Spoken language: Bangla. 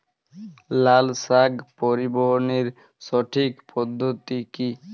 লালশাক পরিবহনের সঠিক পদ্ধতি কি?